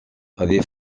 avait